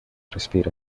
respira